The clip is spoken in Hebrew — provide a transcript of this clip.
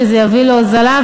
שזה יביא להוזלה,